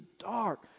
dark